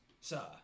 sir